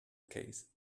case